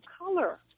color